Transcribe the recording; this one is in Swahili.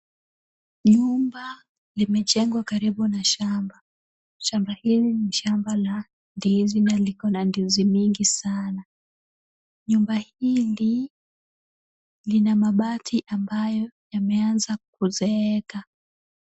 Nyumba limejengwa karibu na shamba ,shamba hili ni shamba la ndizi na liko na ndizi mingi sana, nyumba hili lina mabati ambayo yameanza kuzeeka .